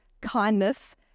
kindness